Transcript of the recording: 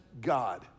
God